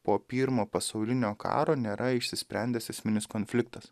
po pirmo pasaulinio karo nėra išsisprendęs esminis konfliktas